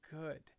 good